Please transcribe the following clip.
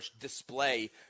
display